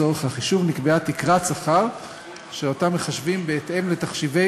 לצורך החישוב נקבעה תקרת שכר שאותה מחשבים בהתאם לתחשיבי